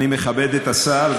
אני מכבד את השר.